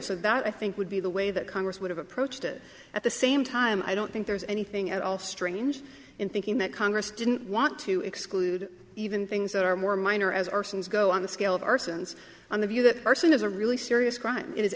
so that i think would be the way that congress would have approached it at the same time i don't think there's anything at all strange in thinking that congress didn't want to exclude even things that are more minor as arsons go on the scale of arsons on the view that are sin is a really serious crime i